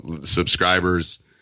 subscribers